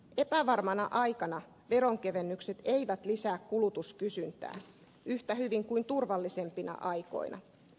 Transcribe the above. epävarmana aikana veronkevennykset eivät lisää kulutuskysyntää yhtä hyvin kuin turvallisempina aikoina